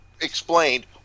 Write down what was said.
explained